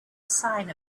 sign